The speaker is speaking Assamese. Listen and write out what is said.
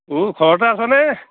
ও ঘৰতে আছনে